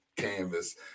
canvas